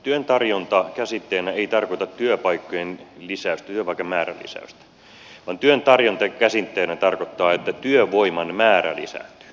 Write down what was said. työn tarjonta käsitteenä ei tarkoita työpaikkojen lisäystä työpaikkojen määrän lisäystä vaan työn tarjonta käsitteenä tarkoittaa että työvoiman määrä lisääntyy